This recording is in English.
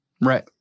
Right